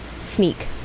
Sneak